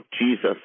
Jesus